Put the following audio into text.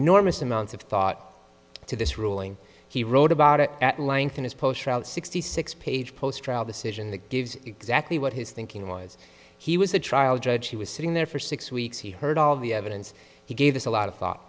s amounts of thought to this ruling he wrote about it at length in his post route sixty six page post trial decision that gives exactly what his thinking was he was a trial judge he was sitting there for six weeks he heard all the evidence he gave us a lot of thought